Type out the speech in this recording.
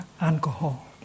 alcohol